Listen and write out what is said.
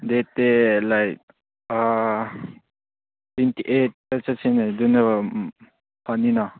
ꯗꯦꯗꯇꯤ like ꯈꯔ twenty ꯑꯩꯠꯇ ꯆꯠꯁꯤꯅꯦ ꯑꯗꯨꯅ ꯐꯅꯤꯅ